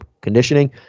conditioning